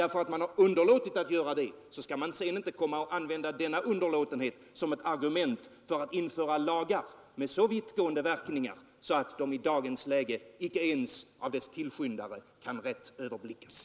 Därför att man har underlåtit att göra det skall man sedan inte komma och använda denna underlåtenhet som ett argument för att införa en lag med så vittgående verkningar att den i dagens läge icke ens av dess tillskyndare kan rätt överblickas.